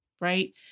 right